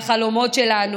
על החלומות שלנו,